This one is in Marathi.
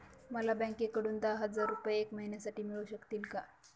मला बँकेकडून दहा हजार रुपये एक महिन्यांसाठी मिळू शकतील का?